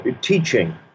teaching